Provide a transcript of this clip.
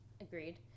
Agreed